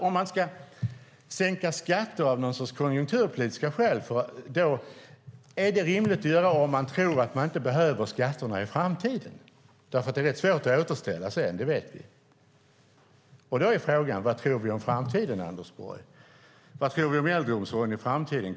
Om man ska sänka skatter av någon sorts konjunkturpolitiska skäl, är det rimligt att göra det om man tror att man inte behöver skatterna i framtiden? Det är rätt svårt att återställa det sedan, det vet vi. Då är frågan: Vad tror vi om framtiden, Anders Borg? Vad tror vi om äldreomsorgen i framtiden?